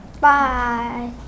Bye